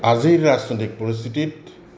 আজিৰ ৰাজনৈতিক পৰিস্থিতিত